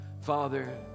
Father